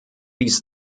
dies